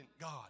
God